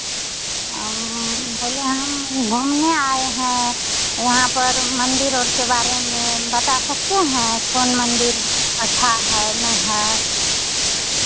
हम बोले हम घूमने आए हैं यहाँ पर मंदिर और के बारे में बता सकते हैं कौन मंदिर अच्छा है नहीं है